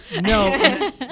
No